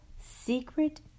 secret